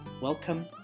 welcome